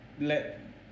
let